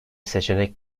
seçenek